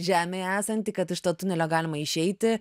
žemėje esanti kad iš to tunelio galima išeiti